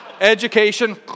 Education